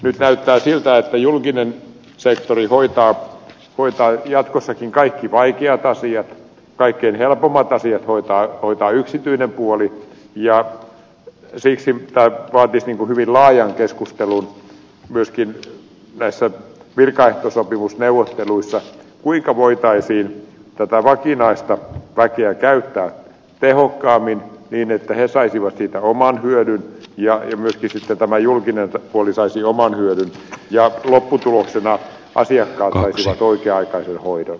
nyt näyttää siltä että julkinen sektori hoitaa jatkossakin kaikki vaikeat asiat kaikkein helpoimmat asiat hoitaa yksityinen puoli ja siksi tämä vaatisi hyvin laajan keskustelun myöskin näissä virkaehtosopimusneuvotteluissa kuinka voitaisiin tätä vakinaista väkeä käyttää tehokkaammin niin että he saisivat siitä oman hyödyn ja myöskin julkinen puoli saisi oman hyödyn ja lopputuloksena asiakkaat saisivat oikea aikaisen hoidon